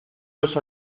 los